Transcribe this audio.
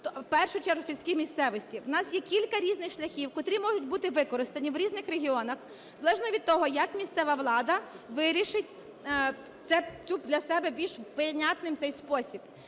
в першу чергу в сільській місцевості. У нас є кілька різних шляхів, котрі можуть бути використані в різних регіонах, залежно від того, як місцева влада вирішить це для себе в більш прийнятний спосіб.